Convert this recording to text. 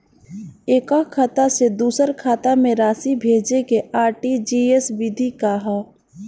एकह खाता से दूसर खाता में राशि भेजेके आर.टी.जी.एस विधि का ह?